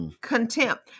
Contempt